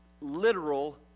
literal